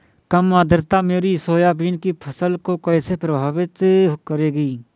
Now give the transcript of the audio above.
कम आर्द्रता मेरी सोयाबीन की फसल को कैसे प्रभावित करेगी?